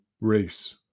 race